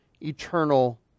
eternal